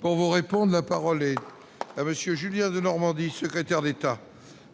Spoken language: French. Pour vous répondent : la parole et avec Julien Denormandie, secrétaire d'État